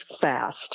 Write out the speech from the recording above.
fast